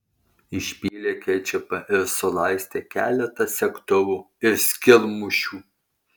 išpylė kečupą ir sulaistė keletą segtuvų ir skylmušių